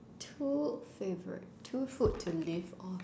two favourite two food to live on